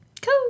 Cool